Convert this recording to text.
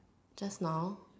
just now